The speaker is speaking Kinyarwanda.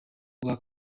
rwa